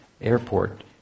airport